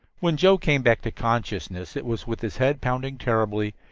when joe came back to consciousness it was with his head pounding terribly,